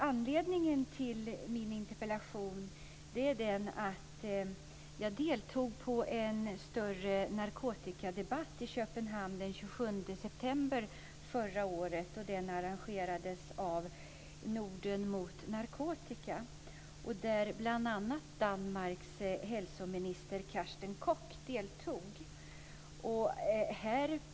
Anledningen till min interpellation är att jag deltog i en större narkotikadebatt i Köpenhamn den 27 september förra året. Den arrangerades av Norden mot narkotika, där bl.a. Danmarks hälsominister Carsten Koch deltog.